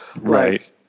Right